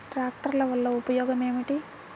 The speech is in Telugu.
ట్రాక్టర్ల వల్ల ఉపయోగం ఏమిటీ?